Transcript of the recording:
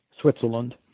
Switzerland